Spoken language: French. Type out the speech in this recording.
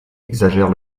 exagère